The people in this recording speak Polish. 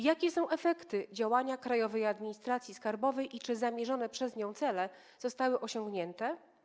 Jakie są efekty działania Krajowej Administracji Skarbowej i czy zamierzone przez nią cele zostały osiągnięte?